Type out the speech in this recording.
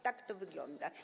Tak to wygląda.